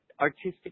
artistic